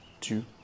two